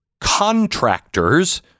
contractors